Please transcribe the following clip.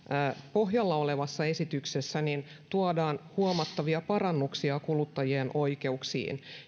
pohjalla olevassa esityksessä tuodaan huomattavia parannuksia kuluttajien oikeuksiin